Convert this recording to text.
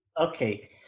Okay